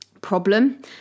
problem